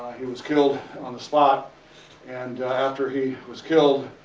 he was killed on the spot and after he was killed,